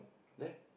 there